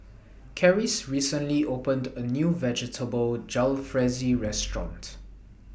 Karis recently opened A New Vegetable Jalfrezi Restaurant